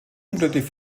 unglücklich